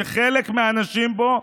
שחלק מהאנשים בו,